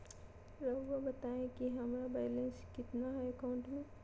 रहुआ बताएं कि हमारा बैलेंस कितना है अकाउंट में?